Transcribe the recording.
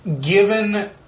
given